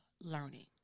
learning